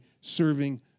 serving